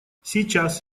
сейчас